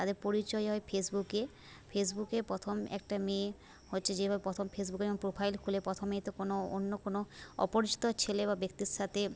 তাদের পরিচয় হয় ফেসবুকে ফেসবুকে প্রথম একটা মেয়ে হচ্ছে যেভাবে প্রথম ফেসবুকে যখন প্রোফাইল খোলে প্রথমেই তো কোনো অন্য কোনো অপরিচিত ছেলে বা ব্যক্তির সাথে